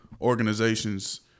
organizations